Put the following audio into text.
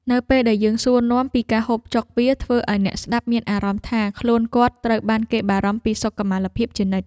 នៅពេលដែលយើងសួរនាំពីការហូបចុកវាធ្វើឱ្យអ្នកស្ដាប់មានអារម្មណ៍ថាខ្លួនគាត់ត្រូវបានគេបារម្ភពីសុខុមាលភាពជានិច្ច។